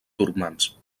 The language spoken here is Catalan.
turcmans